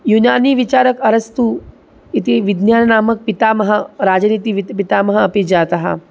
युनानिविचारकारस्तु इति विज्ञाननामक पितामहः राजनीति पितामहः अपि जातः